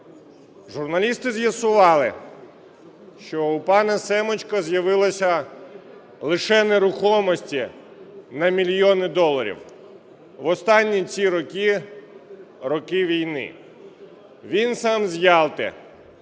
Журналісти з'ясували, що у панаСемочко з'явилося лише нерухомості на мільйони доларів, в останні ці роки – роки війни. Він сам з Ялти,